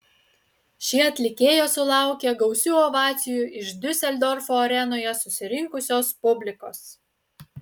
ši atlikėja sulaukė gausių ovacijų iš diuseldorfo arenoje susirinkusios publikos